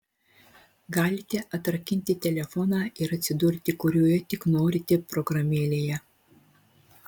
galite atrakinti telefoną ir atsidurti kurioje tik norite programėlėje